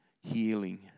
healing